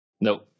Nope